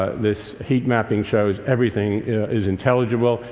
this heat-mapping shows everything is intelligible.